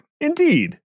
Indeed